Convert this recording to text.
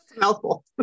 helpful